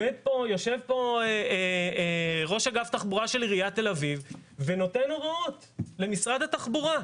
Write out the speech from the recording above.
יושב פה ראש אגף תחבורה של עיריית תל אביב ונותן הוראות למשרד התחבורה,